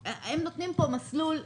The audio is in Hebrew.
הם נותנים פה מסלול ירוק,